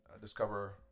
discover